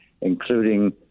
including